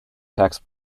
tax